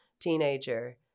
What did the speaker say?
teenager